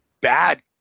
bad